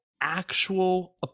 actual